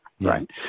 Right